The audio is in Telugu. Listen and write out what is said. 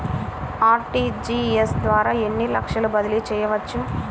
అర్.టీ.జీ.ఎస్ ద్వారా ఎన్ని లక్షలు బదిలీ చేయవచ్చు?